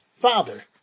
Father